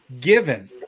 given